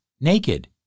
Naked